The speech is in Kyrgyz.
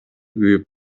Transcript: күйүп